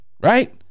right